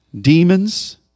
demons